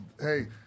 hey